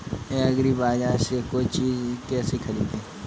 एग्रीबाजार से कोई चीज केसे खरीदें?